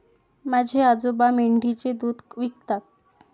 माझे आजोबा मेंढीचे दूध विकतात